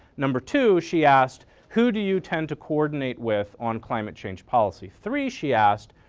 number two, she asked, who do you tend to coordinate with on climate change policy. three, she asked,